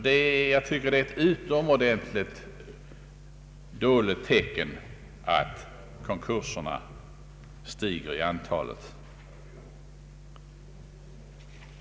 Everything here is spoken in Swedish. Det är ett utomordentligt dåligt tecken att konkursernas antal stiger.